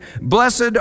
Blessed